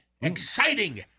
Exciting